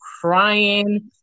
crying